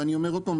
ואני אומר עוד פעם,